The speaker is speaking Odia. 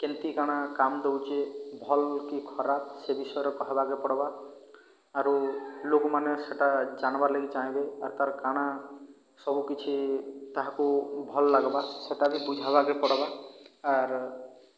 କେମିତି କ'ଣ କାମ ଦେଉଛି ଭଲ କି ଖରାପ ସେ ବିଷୟରେ କହିବାକୁ ପଡ଼ିବ ଆରୁ ଲୋକମାନେ ସେଇଟା ଜାଣିବାର ଲାଗି ଚାହିଁବେ ଆର୍ ତା'ର କ'ଣ ସବୁକିଛି ତାହାକୁ ଭଲଲାଗିବ ସେଇଟା ବି ବୁଝାଇବାକୁ ପଡ଼ିବ ଆର୍